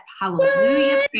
hallelujah